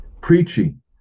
Preaching